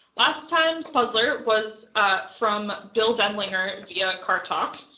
last time's puzzler was from bill denlinger via car talk,